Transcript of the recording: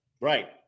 Right